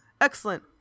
excellent